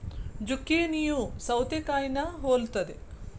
ಜುಕೇನಿಯೂ ಸೌತೆಕಾಯಿನಾ ಹೊಲುತ್ತದೆ